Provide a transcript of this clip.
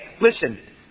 listen